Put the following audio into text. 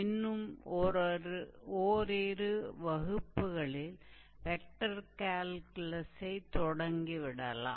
இன்னும் ஒரிரு வகுப்புகளில் வெக்டர் கேல்குலஸைத் தொடங்கிவிடலாம்